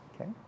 Okay